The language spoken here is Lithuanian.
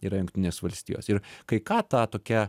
yra jungtinės valstijos ir kai ką ta tokia